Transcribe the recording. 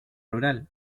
rural